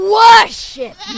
worship